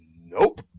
nope